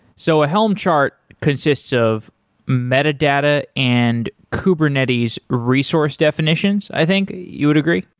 so a helm chart consists of metadata and kubernetes resource definitions, i think. you would agree?